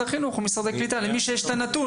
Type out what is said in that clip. הקליטה או משרד החינוך - למי שיש הנתון.